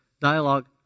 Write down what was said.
dialogue